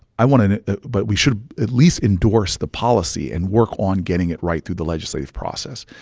i wanted but we should at least endorse the policy and work on getting it right through the legislative process.